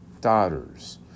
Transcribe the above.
daughters